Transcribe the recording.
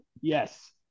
Yes